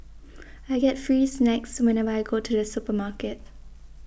I get free snacks whenever I go to the supermarket